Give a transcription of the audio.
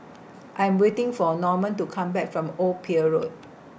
I Am waiting For Norman to Come Back from Old Pier Road